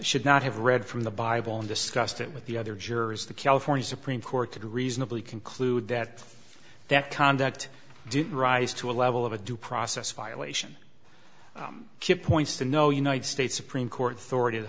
should not have read from the bible and discussed it with the other jurors the california supreme court could reasonably conclude that that conduct didn't rise to a level of a due process violation chip points to no united states supreme court